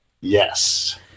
Yes